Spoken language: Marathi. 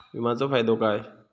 विमाचो फायदो काय?